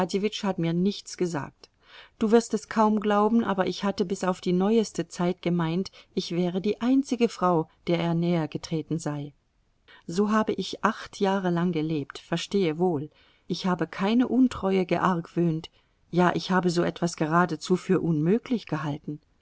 hat mir nichts gesagt du wirst es kaum glauben aber ich hatte bis auf die neueste zeit gemeint ich wäre die einzige frau der er nähergetreten sei so habe ich acht jahre lang gelebt verstehe wohl ich habe keine untreue geargwöhnt ja ich habe so etwas geradezu für unmöglich gehalten